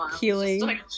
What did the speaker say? healing